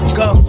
go